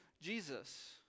Jesus